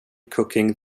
cooking